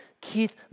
Keith